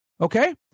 okay